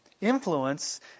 influence